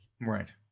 Right